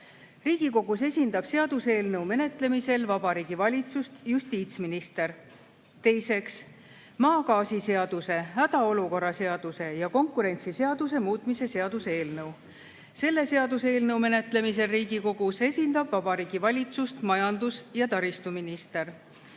Riigikogus esindab seaduseelnõu menetlemisel Vabariigi Valitsust justiitsminister. Teiseks, maagaasiseaduse, hädaolukorra seaduse ja konkurentsiseaduse muutmise seaduse eelnõu. Selle seaduseelnõu menetlemisel Riigikogus esindab Vabariigi Valitsust majandus- ja taristuminister.